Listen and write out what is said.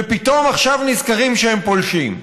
ופתאום עכשיו נזכרים שהם פולשים.